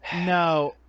No